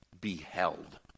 beheld